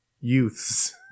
youths